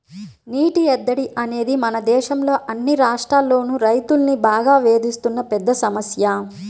నీటి ఎద్దడి అనేది మన దేశంలో అన్ని రాష్ట్రాల్లోనూ రైతుల్ని బాగా వేధిస్తున్న పెద్ద సమస్య